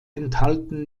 enthalten